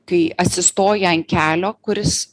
kai atsistoji ant kelio kuris